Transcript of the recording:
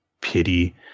pity